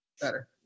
better